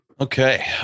Okay